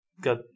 got